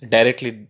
Directly